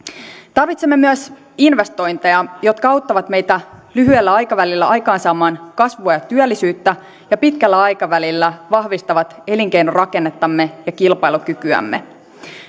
tarvitsemme myös investointeja jotka auttavat meitä lyhyellä aikavälillä aikaansaamaan kasvua ja työllisyyttä ja pitkällä aikavälillä vahvistavat elinkeinorakennettamme ja kilpailukykyämme